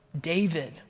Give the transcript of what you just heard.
David